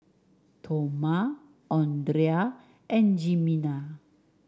Toma Andrea and Jimena